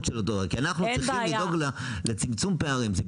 שלו כי אנחנו צריכים לדאוג לצמצום פערים.